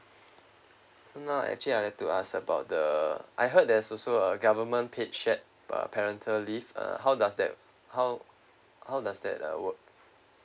mm now actually I like to ask about the I heard there's also a government paid shared pa~ parental leave uh how does that how how does that uh work